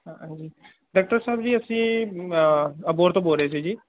ਹਾਂਜੀ ਡਾਕਟਰ ਸਾਹਿਬ ਜੀ ਅਸੀਂ ਅਬੋਹਰ ਤੋਂ ਬੋਲ ਰਹੇ ਸੀ ਜੀ